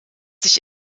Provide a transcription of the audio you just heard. sich